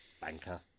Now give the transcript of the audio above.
Banker